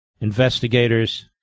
investigators